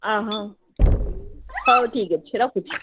ଅ ହଁ ହଉ ଠିକ୍ ଅଛି ରଖୁଛି